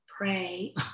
pray